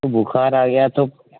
تو بکھار آ گیا تو